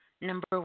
Number